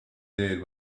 did